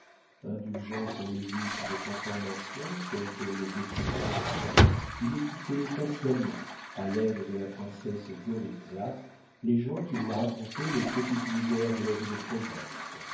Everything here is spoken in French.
indulgent pour les vices de conformation comme pour les défauts d'esprit il écoutait patiemment à l'aide de la princesse goritza les gens qui lui racontaient les petites misères de la vie de province